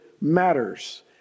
matters